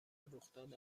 رخداد